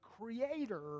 Creator